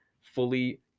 fully